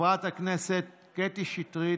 חברת הכנסת קטי שטרית.